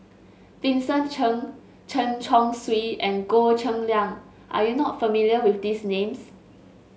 Vincent Cheng Chen Chong Swee and Goh Cheng Liang are you not familiar with these names